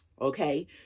Okay